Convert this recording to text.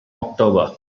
october